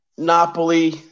Napoli